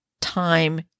time